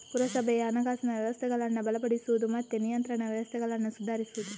ಪುರಸಭೆಯ ಹಣಕಾಸಿನ ವ್ಯವಸ್ಥೆಗಳನ್ನ ಬಲಪಡಿಸುದು ಮತ್ತೆ ನಿಯಂತ್ರಣ ವ್ಯವಸ್ಥೆಗಳನ್ನ ಸುಧಾರಿಸುದು